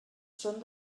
són